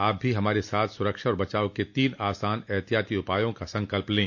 आप भी हमारे साथ सुरक्षा और बचाव के तीन आसान एहतियाती उपायों का संकल्प लें